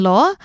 Law